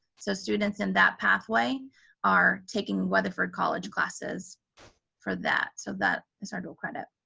so students in that pathway are taking weatherford college classes for that, so that is our dual credit.